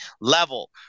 level